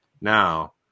now